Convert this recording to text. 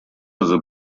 the